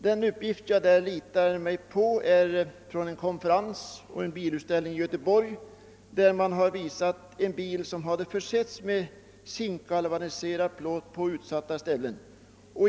Den uppgift jag därvidlag litar till lämnades på en konferens och en bilutställning i Göteborg, där man visade en bil som försetts med zinkgalvaniserad plåt på utsatta ställen.